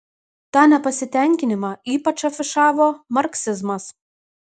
tą nepasitenkinimą ypač afišavo marksizmas